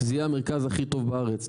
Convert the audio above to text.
זה יהיה המרכז הכי טוב בארץ,